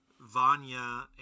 Vanya